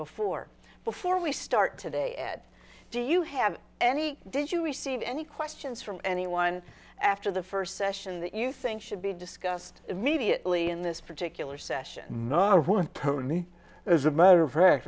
before before we start today at do you have any did you receive any questions from anyone after the first session that you think should be discussed immediately in this particular session pony as a matter of